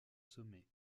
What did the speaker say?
sommet